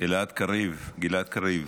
גלעד קריב, גלעד קריב,